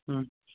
ਹੂੰ